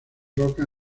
rocas